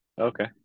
Okay